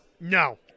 no